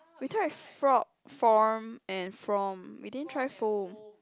we tried frock form and from we didn't try foam